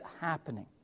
happening